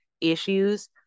issues